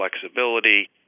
flexibility